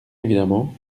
évidemment